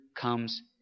comes